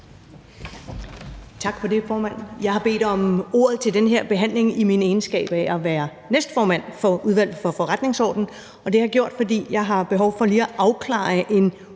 Tak for det, formand. Jeg har bedt om ordet til den her behandling i min egenskab af næstformand for Udvalget for Forretningsordenen, og det har jeg gjort, fordi jeg har behov for lige at afklare en